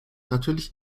natürlich